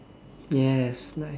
yes nice